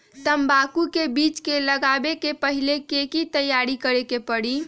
तंबाकू के बीज के लगाबे से पहिले के की तैयारी करे के परी?